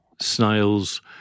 snails